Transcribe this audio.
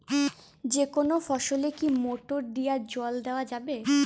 যেকোনো ফসলে কি মোটর দিয়া জল দেওয়া যাবে?